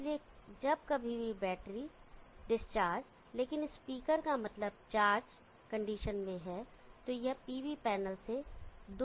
इसलिए जब कभी भी बैटरी डिस्चार्ज लेकिन स्पीकर का मतलब चार्ज कंडीशन में है तो यह PV पैनल से 2 amps को ड्रॉ करेगा